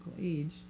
age